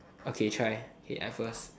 okay try okay I first